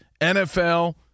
NFL